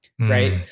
right